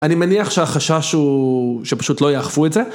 אני מניח שהחשש הוא שפשוט לא יאכפו את זה.